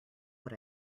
what